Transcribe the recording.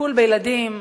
טיפול בילדים,